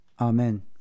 Amen